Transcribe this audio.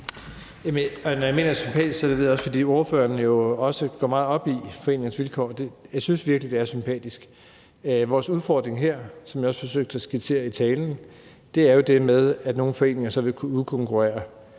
Når jeg mener, at det er sympatisk, er det også, fordi ordføreren går meget op i foreningers vilkår, og jeg synes virkelig, at det er sympatisk. Vores udfordring her, som jeg også forsøgte at skitsere i talen, er jo det med, at nogle foreninger så vil kunne udkonkurrere